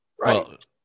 right